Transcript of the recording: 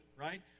right